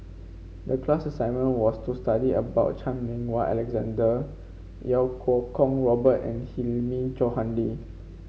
the class assignment was to study about Chan Meng Wah Alexander Iau Kuo Kwong Robert and Hilmi Johandi